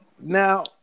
Now